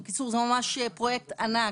בקיצור זה ממש פרויקט ענק.